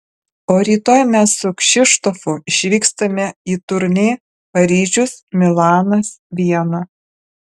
o rytoj mes su kšištofu išvykstame į turnė paryžius milanas viena